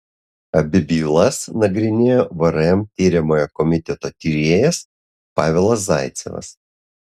abi bylas nagrinėjo vrm tiriamojo komiteto tyrėjas pavelas zaicevas